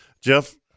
Jeff